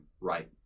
right